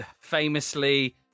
famously